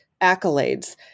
accolades